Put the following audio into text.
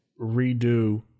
redo